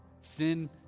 Sin